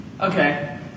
Okay